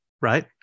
right